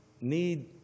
need